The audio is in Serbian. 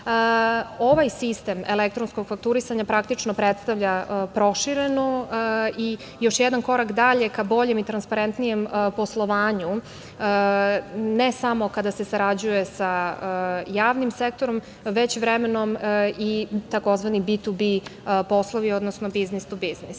sistem elektronskog fakturisanja predstavlja prošireno i još jedan korak dalje ka boljem i transparentnijem poslovanju, ne samo kada se sarađuje sa javnim sektorom, već vremenom i tzv. BTB poslovi, odnosno business